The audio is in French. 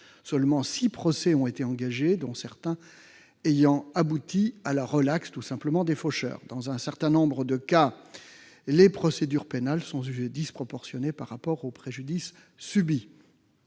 seulement six procès ont été engagés, dont certains ont abouti à la relaxe pure et simple des faucheurs. Dans un certain nombre de cas, les procédures pénales sont jugées disproportionnées par rapport au préjudice subi.